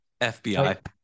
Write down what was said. FBI